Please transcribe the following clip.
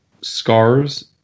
Scars